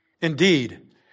Indeed